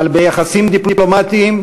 אבל ביחסים דיפלומטיים,